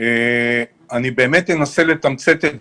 אני אנסה לתמצת את זה.